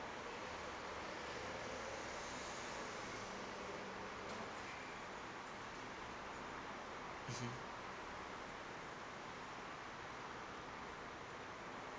mmhmm